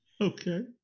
Okay